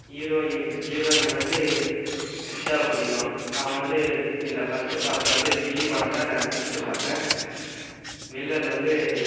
heroine heroine வந்து த்ரிஷாவை பிடிக்கும் அவங்க வந்து இதில் ஃபர்ஸ்ட்டு பார்த்தது வந்து கில்லி படம்தான் நான் ஃபர்ஸ்ட்டு பார்த்தேன் வில்லன் வந்து